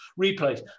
replays